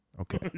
Okay